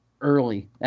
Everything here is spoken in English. early